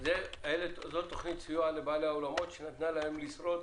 זאת תוכנית סיוע לבעלי האולמות שנתנה להם לשרוד